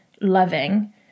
loving